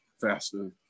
faster